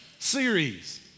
series